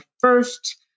first